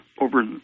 over